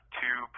two